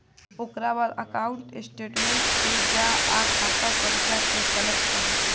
ओकरा बाद account statement पे जा आ खाता संख्या के सलेक्ट करे